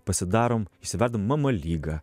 pasidarom išsiverdam mamalygą